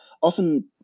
often